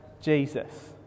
Jesus